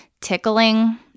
tickling